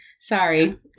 Sorry